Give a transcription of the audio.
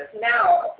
Now